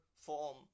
form